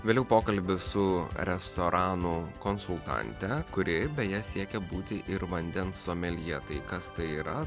vėliau pokalbis su restoranų konsultante kuri beje siekia būti ir vandens someljė tai kas tai yra